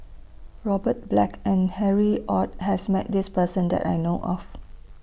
Robert Black and Harry ORD has Met This Person that I know of